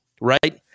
right